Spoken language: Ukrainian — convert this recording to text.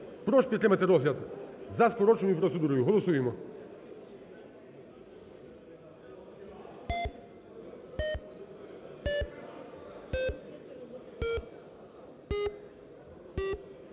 Прошу підтримати розгляд за скороченою процедурою. Голосуємо.